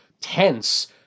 tense